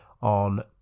on